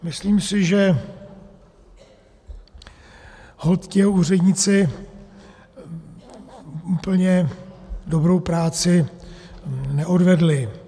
Myslím si, že ti jeho úředníci úplně dobrou práci neodvedli.